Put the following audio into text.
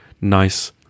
nice